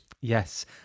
Yes